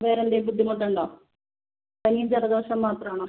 വേറെ എന്തെങ്കിലും ബുദ്ധിമുട്ടുണ്ടോ പനി ജലദോഷം മാത്രമാണോ